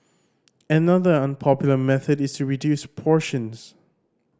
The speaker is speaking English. another unpopular method is to reduce portions